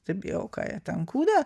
stebėjau ką jie ten kuria